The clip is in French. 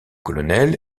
colonel